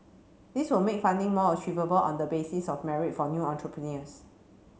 this will make funding more achievable on the basis of merit for new entrepreneurs